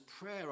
prayer